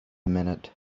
minute